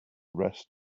rest